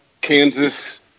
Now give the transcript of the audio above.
Kansas